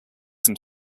some